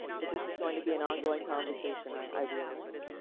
but this is going to be an ongoing conversation i realize.